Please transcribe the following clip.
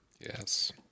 Yes